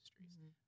industries